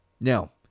Now